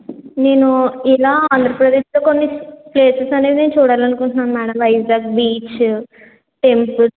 నేను ఇలా ఆంధ్రప్రదేశ్లో కొన్నిప్లేసెస్ అనేది నేను చూడాలి అనుకుంటున్నాను మేడం వైజాగ్ బీచ్ టెంపుల్